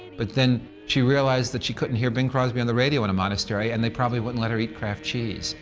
but then she realized that she couldn't hear bing crosby on the radio in a monastery and they probably wouldn't let her eat kraft cheese.